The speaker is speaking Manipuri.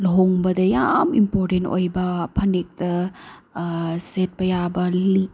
ꯂꯨꯍꯣꯡꯕꯗ ꯌꯥꯝ ꯏꯝꯄꯣꯔꯇꯦꯟ ꯑꯣꯏꯕ ꯐꯅꯦꯛꯀ ꯁꯦꯠꯄ ꯌꯥꯕ ꯂꯤꯛ